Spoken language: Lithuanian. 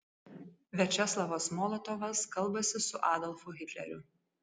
viačeslavas molotovas kalbasi su adolfu hitleriu